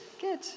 good